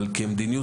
אבל כמדיניות,